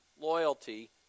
loyalty